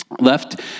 left